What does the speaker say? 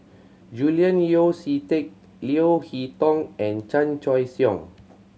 Julian Yeo See Teck Leo Hee Tong and Chan Choy Siong